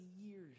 years